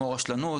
כמו רשלנות,